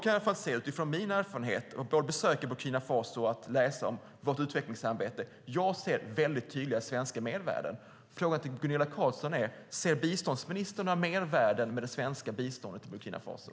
Utifrån min erfarenhet både av besök i Burkina Faso och av att läsa om vårt utvecklingssamarbete ser jag väldigt tydliga svenska mervärden. Frågan till Gunilla Carlsson är: Ser biståndsministern några mervärden med det svenska biståndet till Burkina Faso?